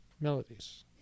Melodies